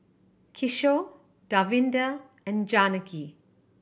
Kishore Davinder and Janaki